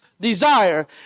desire